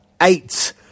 eight